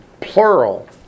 plural